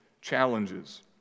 challenges